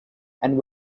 and